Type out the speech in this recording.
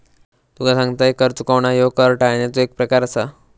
तुका सांगतंय, कर चुकवणा ह्यो कर टाळण्याचो एक प्रकार आसा